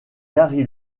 gary